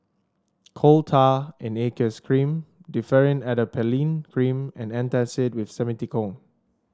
Coal Tar in Aqueous Cream Differin Adapalene Cream and Antacid with Simethicone